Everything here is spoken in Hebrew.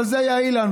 אבל זה היה אילן,